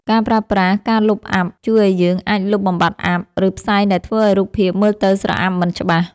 ការប្រើប្រាស់ ការលុបអ័ព្ទ ជួយឱ្យយើងអាចលុបបំបាត់អ័ព្ទ ឬផ្សែងដែលធ្វើឱ្យរូបភាពមើលទៅស្រអាប់មិនច្បាស់។